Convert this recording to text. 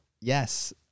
Yes